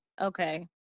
okay